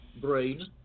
brain